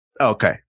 Okay